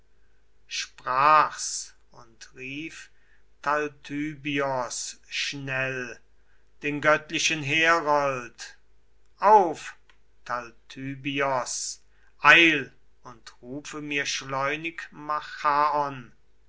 sprach's und rief talthybios schnell den göttlichen herold auf talthybios eil und rufe mir schleunig